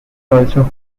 also